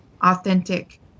authentic